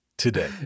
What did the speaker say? Today